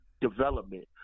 development